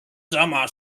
sama